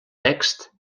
text